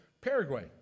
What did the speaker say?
Paraguay